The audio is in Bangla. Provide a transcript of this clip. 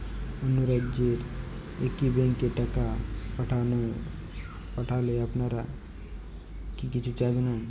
অন্য রাজ্যের একি ব্যাংক এ টাকা পাঠালে আপনারা কী কিছু চার্জ নেন?